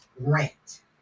rent